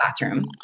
bathroom